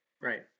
Right